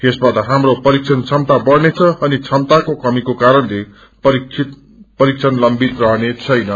यसबाट हाम्रो परीक्षण क्षमता बढ़नेछ अनि क्षमताको कमीको कारणले परीक्षण लम्बित रहनेछैन